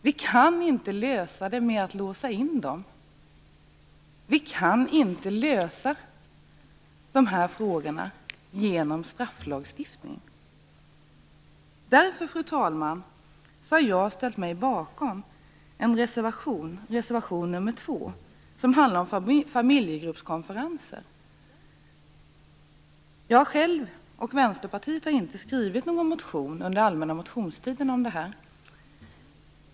Vi kan inte lösa dem med att låsa in ungdomarna. Vi kan inte lösa dem genom strafflagstiftning. Därför, fru talman, har jag ställt mig bakom reservation nr 2 som handlar om familjegruppskonferenser. Jag själv och Vänsterpartiet har inte skrivit någon motion under allmänna motionstiden om det här.